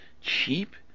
cheap